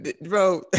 bro